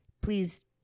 please